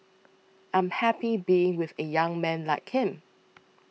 I'm happy being with a young man like him